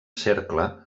cercle